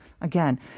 again